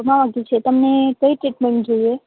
શામા વાગ્યું છે તમને કઈ ટ્રીટમેન્ટ જોઈએ